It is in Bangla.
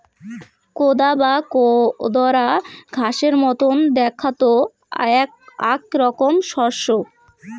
কোদা বা কোদরা ঘাসের মতন দ্যাখাত আক রকম শস্য